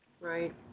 Right